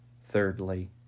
Thirdly